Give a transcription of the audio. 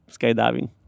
skydiving